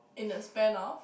in the span of